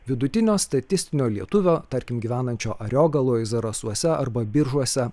vidutinio statistinio lietuvio tarkim gyvenančio ariogaloj zarasuose arba biržuose